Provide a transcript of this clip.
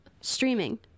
streaming